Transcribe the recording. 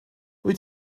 wyt